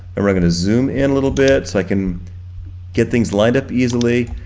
and we're gonna zoom in a little bit so i can get things lined up easily.